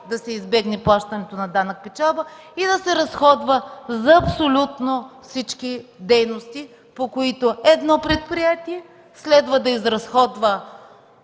да се избегне плащането на данък печалба и да се разходва за абсолютно всички дейности, по които едно предприятие следва да изразходва